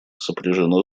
сопряжено